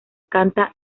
canta